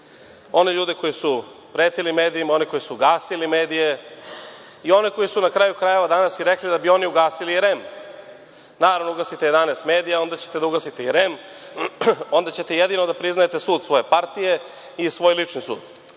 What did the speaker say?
one ljude koji su pretili medijima, oni koji su gasili medije i one koji su na kraju krajeva danas i rekli da bi oni ugasili REM. Naravno, ugasite 11 medija, onda ćete da ugasite i REM, onda ćete jedino da priznajete sud svoje partije i svoj lični sud. Mi